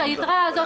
כשהיתרה הזאת,